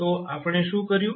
તો આપણે શું કર્યું